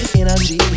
energy